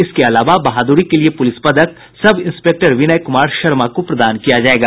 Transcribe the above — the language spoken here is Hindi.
इसके अलावा बहादुरी के लिए पुलिस पदक सब इंस्पेक्टर विनय कुमार शर्मा को प्रदान किया जायेगा